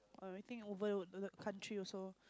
err I think over the the country also